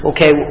Okay